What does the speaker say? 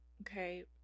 okay